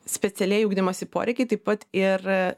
specialieji ugdymosi poreikiai taip pat ir